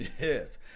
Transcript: Yes